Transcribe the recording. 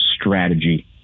strategy